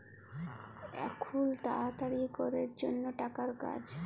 এখুল তাড়াতাড়ি ক্যরের জনহ টাকার কাজ